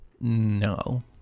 no